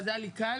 אז היה לי קל,